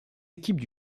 équipes